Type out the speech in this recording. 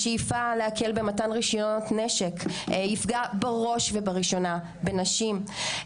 השאיפה להקל במתן רישיונות נשק יפגע בראש ובראשונה בנשים,